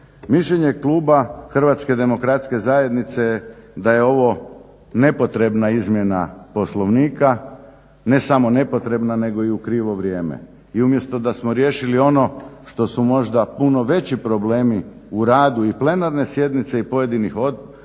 mišljenje kluba HDZ-a je da je ovo nepotrebna izmjena Poslovnika. Ne samo nepotrebna nego i u krivo vrijeme. I umjesto da smo riješili ono što su možda puno veći problemi u radu i plenarne sjednice i pojedinih odbora